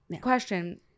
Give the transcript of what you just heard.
question